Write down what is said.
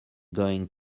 going